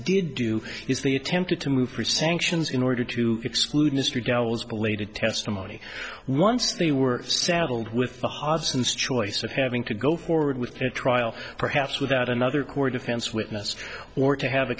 did do is they attempted to move for sanctions in order to exclude mr gal's belated testimony once they were saddled with the hobson's choice of having to go forward with a trial perhaps without another court defense witness or to have a